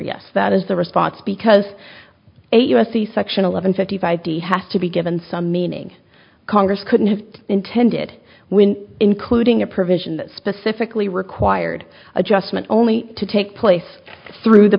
yes that is the response because eight u s c section eleven fifty five d has to be given some meaning congress couldn't have intended when including a provision that specifically required adjustment only to take place through the